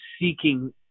seeking